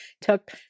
took